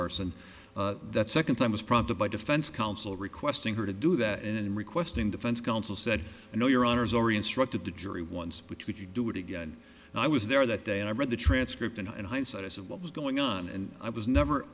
arson that second time was prompted by defense counsel requesting her to do that and requesting defense counsel said no your honor is already instructed the jury once which we could do it again and i was there that day and i read the transcript and in hindsight i said what was going on and i was never